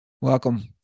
Welcome